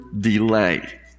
delay